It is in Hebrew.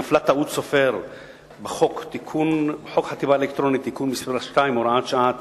נפלה טעות סופר בחוק חתימה אלקטרונית (תיקון מס' 2 והוראת שעה),